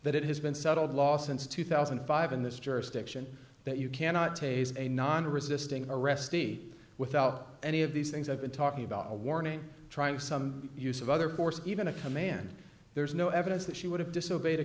that it has been settled law since two thousand and five in this jurisdiction that you cannot tase a non resisting arrest d without any of these things i've been talking about a warning trying some use of other force even a command there's no evidence that she would have disobeyed a